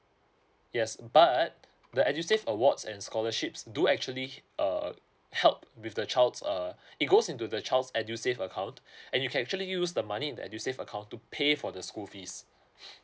yes but the edusave awards and scholarships do actually hit err help with the child's uh it goes into the child's edusave account and you can actually use the money in the edusave account to pay for the school fees